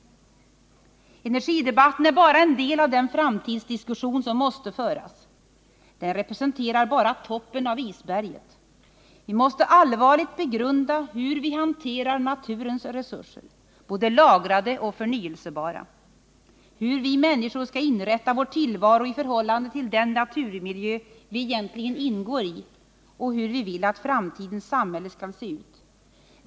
Energidebatten är bara en del av den framtidsdiskussion som måste föras. Den representerar bara toppen av isberget. Vi måste allvarligt begrunda hur vi hanterar naturens resurser, både lagrade och förnyelsebara, hur vi människor skall inrätta vår tillvaro i förhållande till den naturmiljö vi egentligen ingår i och hur vi vill att framtidens samhälle skall se ut.